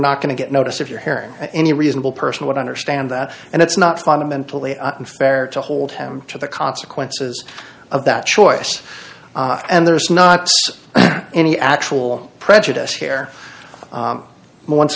not going to get noticed if you're hearing any reasonable person would understand that and it's not fundamentally unfair to hold him to the consequences of that choice and there's not any actual prejudice